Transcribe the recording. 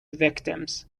victims